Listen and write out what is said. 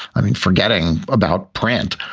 i mean, forgetting about print,